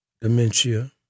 dementia